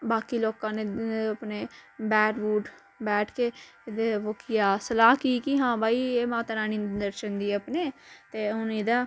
बाकी लोकां ने अपने बैठ बैठ बैठ के बो किया सलाह की कि भई ऐ माता रानी ने दर्शन दिए अपने ते हून एह्दा